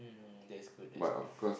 mm that is good that is good